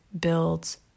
builds